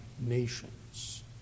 nations